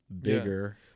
bigger